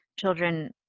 children